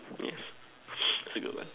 yes I said goodbye